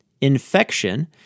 Infection